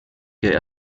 que